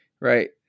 right